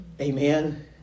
Amen